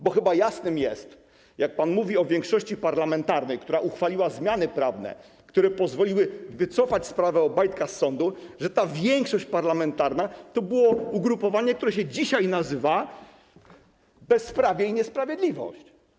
Bo chyba jasnym jest, jak pan mówi o większości parlamentarnej, która uchwaliła zmiany prawne, które pozwoliły wycofać sprawę Obajtka z sądu, że ta większość parlamentarna to było ugrupowanie, które się dzisiaj nazywa: Bezprawie i Niesprawiedliwość.